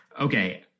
Okay